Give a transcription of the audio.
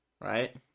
right